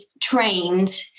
trained